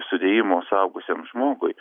sudėjimo suaugusiam žmogui